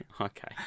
Okay